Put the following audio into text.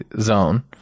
zone